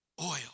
oil